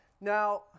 now